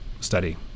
study